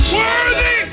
worthy